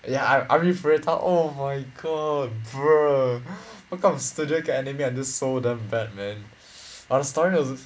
ya a~ arifureta oh my god group bruh what kind of studio can animate until so damn bad man I was trying to